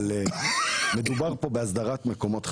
אבל מדובר פה בהסדרת מקומות חניה.